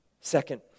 Second